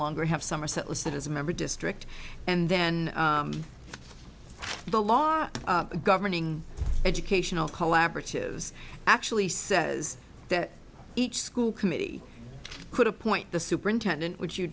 longer have somerset listed as a member district and then the law our governing educational collaboratives actually says that each school committee could appoint the superintendent would you